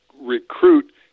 recruit